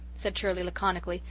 said shirley laconically,